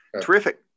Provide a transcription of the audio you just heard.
terrific